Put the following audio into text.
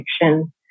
fiction